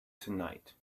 tonight